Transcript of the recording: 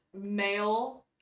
male